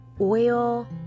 oil